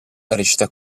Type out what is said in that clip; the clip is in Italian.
recita